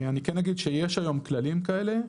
אני כן אגיד שיש היום כללים כאלה,